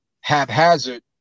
haphazard